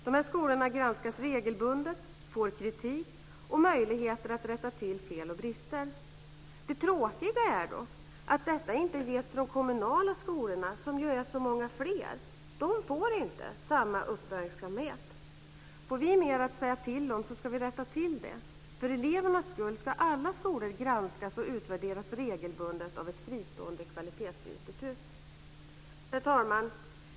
De här skolorna granskas regelbundet, får kritik och möjligheter att rätta till fel och brister. Det tråkiga är dock att detta inte ges till de kommunala skolorna, som ju är så många fler. De får inte samma uppmärksamhet. Får vi mer att säga till om ska vi rätta till det. För elevernas skull ska alla skolor granskas och utvärderas regelbundet av ett fristående kvalitetsinstitut. Herr talman!